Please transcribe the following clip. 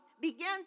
began